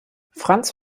franz